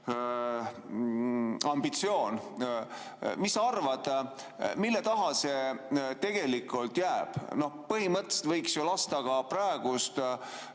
ambitsioon. Mis sa arvad, mille taha see tegelikult jääb? Põhimõtteliselt võiks ju lasta ka praegu